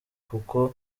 kuko